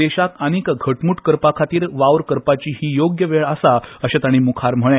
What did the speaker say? देशाक आनीक घटम्ट करपाखातीर वावर करपाची हीच योग्य वेळ आसा अशे ताणी म्खार म्हळे